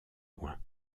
loin